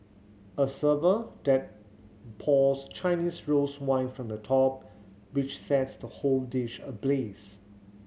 a server then pours Chinese rose wine from the top which sets the whole dish ablaze